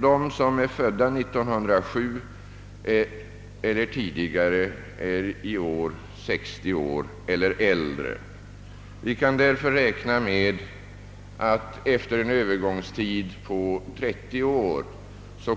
De som är födda 1907 eller tidigare är i år 60 år eller äldre. Vi kan därför räkna med att efter en övergångstid på 30 år